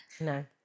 No